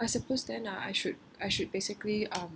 I suppose then uh I should I should basically um